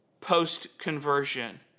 post-conversion